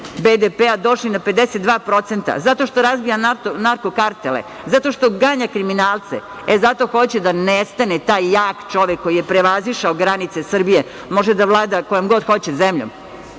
BDP-a došli na 52%, zato što razbija narko kartele, zato što ganja kriminalce, e zato hoće da nestane taj jak čovek koji je prevazišao granice Srbije. Može da vlada kojom god hoće zemljom.